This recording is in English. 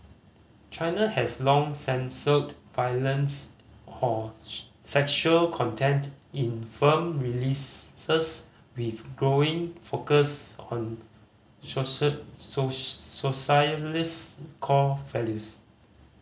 China has long censored violence or sexual content in film releases with growing focus on socialist core values